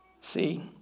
See